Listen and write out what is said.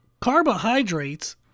carbohydrates